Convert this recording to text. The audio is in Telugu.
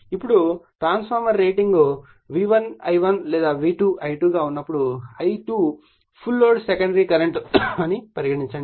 ఇప్పుడు ట్రాన్స్ఫార్మర్ రేటింగ్ V1 I1 లేదా V2 I2 గా ఉన్నప్పుడు I2 full load secondary current అని పరిగణించండి